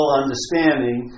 understanding